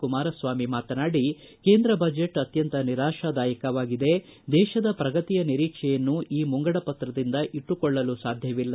ಕುಮಾರಸ್ವಾಮಿ ಮಾತನಾಡಿ ಕೇಂದ್ರ ಬಜೆಟ್ ಅತ್ಯಂತ ನಿರಾಶದಾಯಕವಾಗಿದೆ ದೇಶದ ಪ್ರಗತಿಯ ನಿರೀಕ್ಷೆಯನ್ನು ಈ ಮುಂಗಡಪತ್ರದಿಂದ ಇಟ್ಲುಕೊಳ್ಳಲು ಸಾಧ್ಯವಿಲ್ಲ